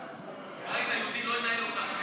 הבית היהודי לא ינהל אותנו.